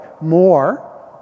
More